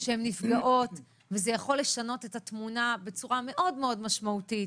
שהן נפגעות וזה יכול לשנות את התמונה בצורה מאוד מאוד משמעותית,